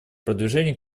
продвижении